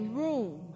room